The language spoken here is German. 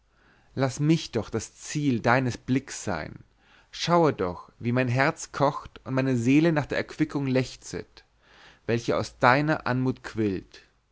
laß mich doch das ziel deines blicks sein schaue doch wie mein herz kocht und meine seele nach der erquickung lechzet welche aus deiner anmut quillt